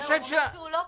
לא, הוא אומר שהוא לא פוסל.